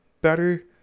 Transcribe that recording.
better